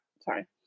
Sorry